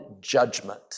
judgment